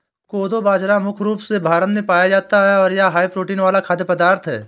कोदो बाजरा मुख्य रूप से भारत में पाया जाता है और यह हाई प्रोटीन वाला खाद्य पदार्थ है